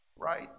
right